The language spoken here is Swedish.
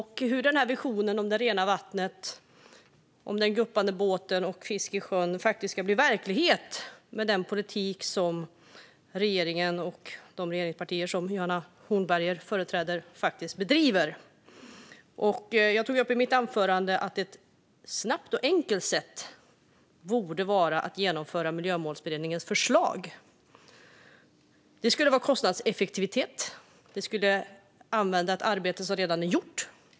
Hur ska den där visionen om det rena vattnet, den guppande båten och fiskesjön bli verklighet med den politik som bedrivs av regeringen och de regeringspartier som Johanna Hornberger företräder? Som jag tog upp i mitt anförande borde ett snabbt och enkelt sätt vara att genomföra Miljömålsberedningens förslag. Det skulle ge kostnadseffektivitet och användning av ett arbete som redan är gjort.